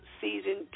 season